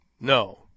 No